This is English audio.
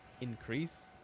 increase